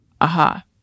Aha